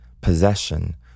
possession